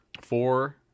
Four